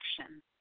action